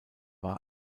war